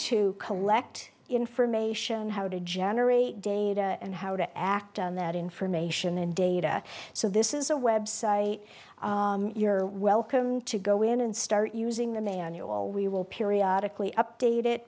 to collect information how to generate data and how to act on that information and data so this is a website you're welcome to go in and start using the manual we will periodic leigh update it